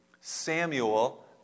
Samuel